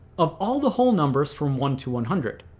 of all the whole numbers from one to one hundred.